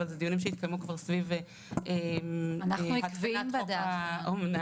אבל דיונים שהתקיימו כבר סביב הכנת חוק האומנה.